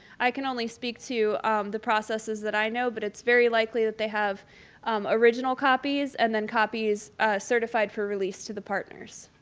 i can only speak to the processes that i know but it's very likely that they have original copies and then copies certified for release to the partners.